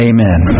Amen